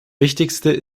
wichtigste